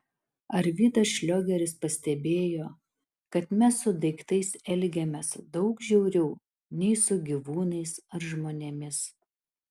arvydas šliogeris pastebėjo kad mes su daiktais elgiamės daug žiauriau nei su gyvūnais ar žmonėmis